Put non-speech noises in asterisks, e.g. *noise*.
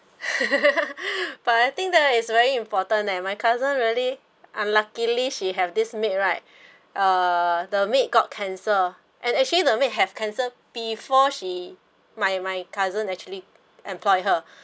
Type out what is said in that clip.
*laughs* but I think that is very important leh my cousin really unluckily she have this maid right uh the maid got cancer and actually the maid have cancer before she my my cousin actually employ her *breath*